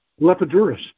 Lepidurus